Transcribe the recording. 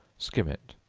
skim it,